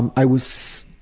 and i was